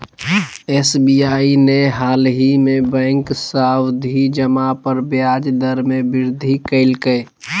SBI ने हालही में बैंक सावधि जमा पर ब्याज दर में वृद्धि कइल्कय